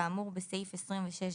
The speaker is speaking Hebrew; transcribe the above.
כאמור בסעיף 26ז,